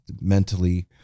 mentally